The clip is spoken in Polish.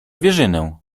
zwierzynę